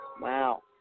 Wow